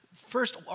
First